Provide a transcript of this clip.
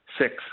six